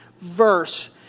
verse